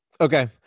Okay